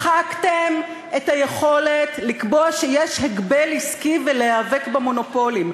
מחקתם את היכולת לקבוע שיש הגבל עסקי ולהיאבק במונופולים.